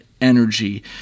energy